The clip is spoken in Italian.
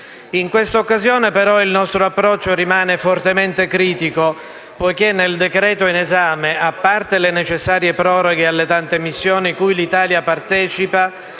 In questa occasione, però, il nostro approccio rimane fortemente critico, poiché nel decreto-legge in esame, a parte le necessarie proroghe alle tante missioni cui l'Italia partecipa,